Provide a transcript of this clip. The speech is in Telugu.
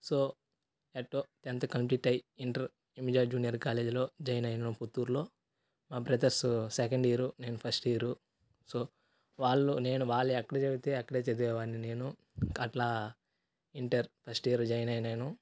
సో ఎట్టో టెంత్ కంప్లీట్ అయ్యి ఇంటర్ హిమజ జూనియర్ కాలేజ్లో జాయిన్ అయినను పుత్తూర్లో మా బ్రదర్సు సెకండ్ ఇయరు నేను ఫస్ట్ ఇయరు సో వాళ్ళు నేను వాళ్ళు ఎక్కడ చదివితే అక్కడే చదివేవాన్ని నేను అట్లా ఇంటర్ ఫస్ట్ ఇయర్ జాయిన్ అయినాను